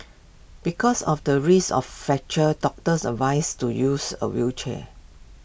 because of the risk of fractures doctors advised to use A wheelchair